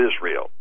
Israel